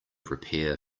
prepare